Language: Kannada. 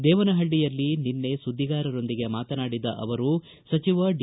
ದೇವನಹಳ್ಳಯಲ್ಲಿ ನಿನ್ನೆ ಸುದ್ದಿಗಾರರೊಂದಿಗೆ ಮಾತನಾಡಿದ ಅವರು ಸಚಿವ ಡಿ